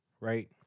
right